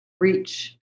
reach